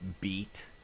beat